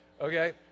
Okay